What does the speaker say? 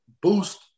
boost